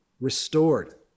restored